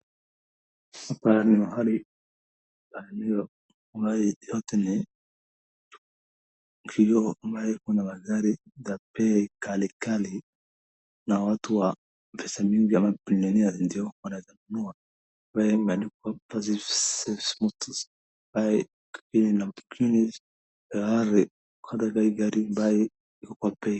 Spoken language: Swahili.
Hapa ni mahali palio ama hii yote ni kioo ambaye iko na magari za bei ghali ghali, na watu wa pesa mingi wanaponunua ndio wanaweza nunua pale imeandikwa possessive motors like these ones kuonyesha hii gari iko kwa bei.